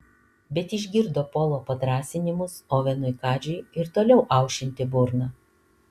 bet išgirdo polo padrąsinimus ovenui kadžiui ir toliau aušinti burną